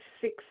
six